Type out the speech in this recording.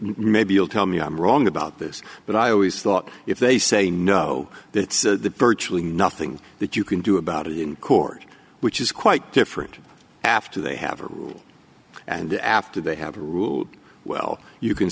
maybe you'll tell me i'm wrong about this but i always thought if they say no it's the virtually nothing that you can do about it in court which is quite different after they have a rule and after they have a rule well you can